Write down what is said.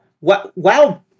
Wow